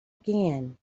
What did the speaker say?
again